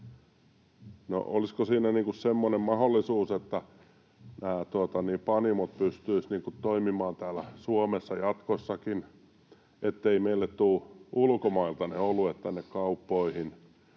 olisiko siinä semmoinen mahdollisuus, että nämä panimot pystyisivät toimimaan täällä Suomessa jatkossakin, etteivät meille tule ulkomailta ne oluet tänne kauppoihin